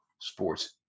Sports